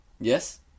Yes